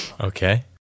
Okay